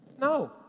No